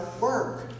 work